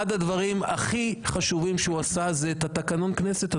אגיד לכם עוד דבר: אחד הדברים הכי חשובים שהוא עשה הוא את תקנון הכנסת.